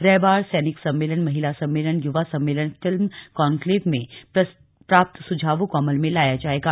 रैबार सैनिक सम्मेलन महिला सम्मेलन युवा सम्मेलन फिल्म कान्क्लेव में प्राप्त सुझावों को अमल में लाया जाएगा